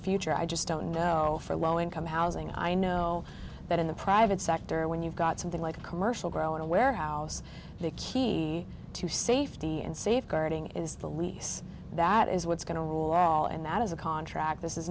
future i just don't know for low income housing i know that in the private sector when you've got something like a commercial grower in a warehouse the key to safety and safeguarding is the lease that is what's going to rule all and that is a contract th